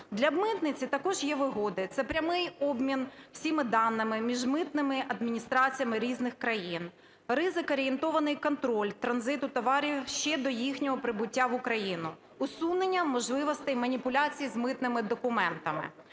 Для митниці також є вигоди. Це прямий обмін всіма даними між митними адміністраціями різних країн, ризик-орієнтований контроль транзиту товарів ще до їхнього прибуття в Україну, усунення можливостей маніпуляції з митними документами